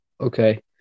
Okay